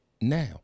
now